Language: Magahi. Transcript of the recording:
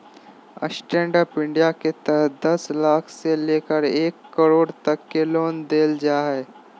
स्टैंडअप इंडिया के तहत दस लाख से लेकर एक करोड़ तक के लोन देल जा हइ